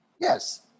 Yes